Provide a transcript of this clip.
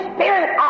Spirit